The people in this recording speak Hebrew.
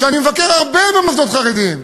שאני מבקר הרבה במוסדות חרדיים.